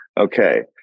Okay